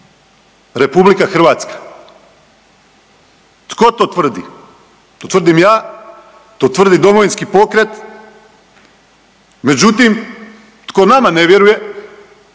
priči, a to je RH. Tko to tvrdi? To tvrdim ja, to tvrdi Domovinski pokret, međutim tko nama ne vjeruje